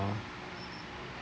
uh